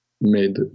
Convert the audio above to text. made